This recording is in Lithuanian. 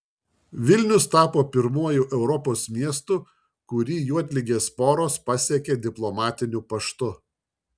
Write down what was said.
vilnius tapo pirmuoju europos miestu kurį juodligės sporos pasiekė diplomatiniu paštu